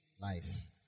life